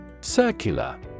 Circular